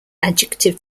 adjective